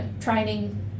training